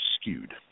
skewed